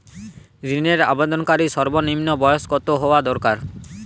ঋণের আবেদনকারী সর্বনিন্ম বয়স কতো হওয়া দরকার?